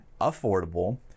affordable